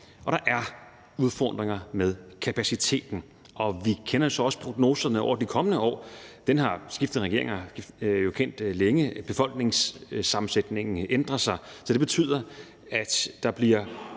Og der er udfordringer med kapaciteten. Vi kender jo så også prognoserne for de kommende år – dem har skiftende regeringer kendt længe. Befolkningssammensætningen ændrer sig, og det betyder, at der bliver